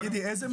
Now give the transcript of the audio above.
ואיזה לא?